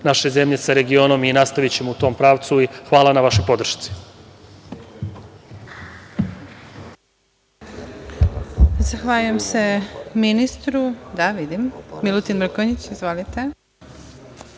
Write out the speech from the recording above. naše zemlje sa regionom i nastavićemo u tom pravcu. Hvala na vašoj podršci.